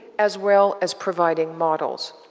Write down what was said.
as well as providing models.